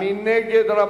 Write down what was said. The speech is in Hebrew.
מי נגד?